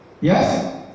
yes